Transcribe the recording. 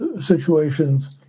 situations